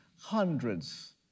hundreds